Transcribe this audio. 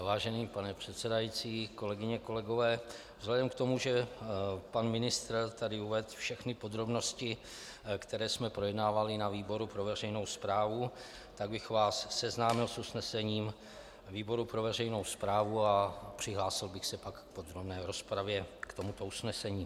Vážený pane předsedající, kolegyně a kolegové, vzhledem k tomu, že pan ministr tady uvedl všechny podrobnosti, které jsme projednávali na výboru pro veřejnou správu, tak bych vás seznámil s usnesením výboru pro veřejnou správu a přihlásil bych se pak v podrobné rozpravě k tomuto usnesení.